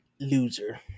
loser